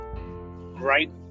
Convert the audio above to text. Right